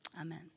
Amen